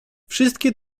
wszystkie